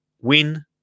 Win